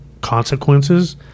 consequences